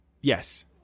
Yes